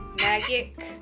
Magic